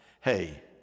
hey